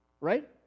right